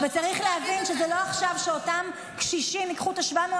וצריך להבין שזה לא שאותם קשישים ייקחו עכשיו